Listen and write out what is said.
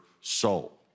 soul